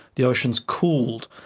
the oceans cooled.